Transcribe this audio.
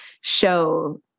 show